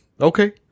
Okay